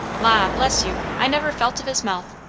la! bless you, i never felt of his mouth.